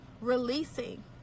releasing